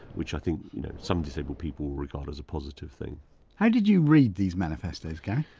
which i think you know some disabled people will regard as a positive thing how did you read these manifestos gary?